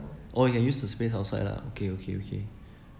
oh you can use the space outside lah okay okay okay